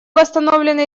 восстановлены